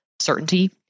certainty